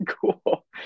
Cool